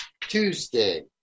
Tuesday